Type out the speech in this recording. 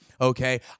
okay